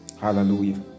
Hallelujah